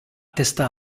testa